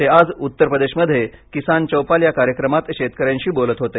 ते आज उत्तर प्रदेशमध्ये किसान चौपाल या कार्यक्रमात शेतकऱ्यांशी बोलत होते